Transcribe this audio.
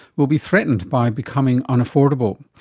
will be threatened by becoming unaffordable.